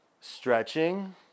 stretching